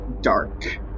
dark